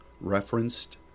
referenced